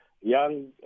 Young